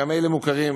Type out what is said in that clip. גם אלה מוכרים,